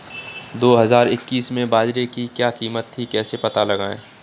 दो हज़ार इक्कीस में बाजरे की क्या कीमत थी कैसे पता लगाएँ?